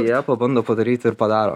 jie pabando padaryti ir padaro